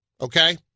Okay